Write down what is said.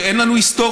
שאין לנו היסטוריה,